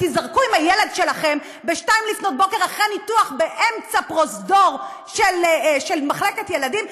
ותיזרקו עם הילד שלכם ב-02:00 אחרי ניתוח באמצע פרוזדור של מחלקת ילדים.